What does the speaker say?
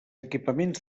equipaments